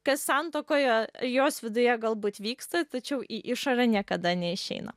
kas santuokoje jos viduje galbūt vyksta tačiau į išorę niekada neišeina